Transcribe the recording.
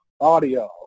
audio